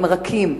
עם רכים,